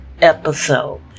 episode